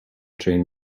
train